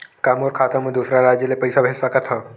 का मोर खाता म दूसरा राज्य ले पईसा भेज सकथव?